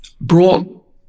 brought